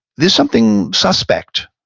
there is something suspect.